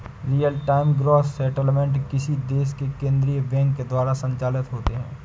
real time gross settlement किसी देश के केन्द्रीय बैंक द्वारा संचालित होते हैं